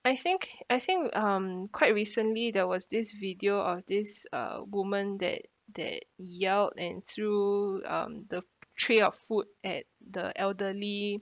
I think I think um quite recently there was this video of this uh woman that that yelled and threw um the tray of food at the elderly